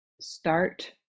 start